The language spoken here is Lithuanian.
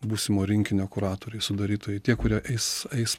būsimo rinkinio kuratoriai sudarytojai tie kurie eis eis